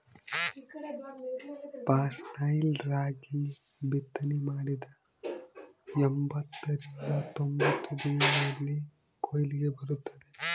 foxtail ರಾಗಿ ಬಿತ್ತನೆ ಮಾಡಿದ ಎಂಬತ್ತರಿಂದ ತೊಂಬತ್ತು ದಿನಗಳಲ್ಲಿ ಕೊಯ್ಲಿಗೆ ಬರುತ್ತದೆ